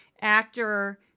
actor